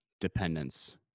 dependence